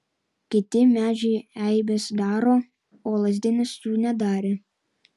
kiti medžiai eibes daro o lazdynas jų nedarė